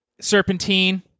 Serpentine